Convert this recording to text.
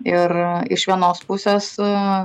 ir iš vienos pusės